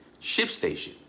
ShipStation